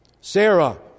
Sarah